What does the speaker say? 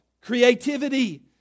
Creativity